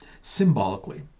Symbolically